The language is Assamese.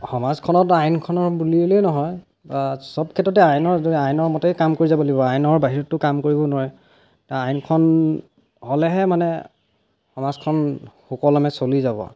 সমাজখনত আইনখনৰ বুলিলেই নহয় চব ক্ষেত্ৰতে আইনৰ আইনৰ মতেই কাম কৰি যাব লাগিব আইলৰ বাহিৰততো কাম কৰিব নোৱাৰে তা আইনখন হ'লেহে মানে সমাজখন সুকলমে চলি যাব